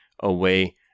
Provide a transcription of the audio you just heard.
away